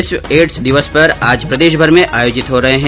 विश्व एड्स दिवस पर आज प्रदेशभर में आयोजित हो रहे है